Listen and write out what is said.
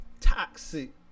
toxic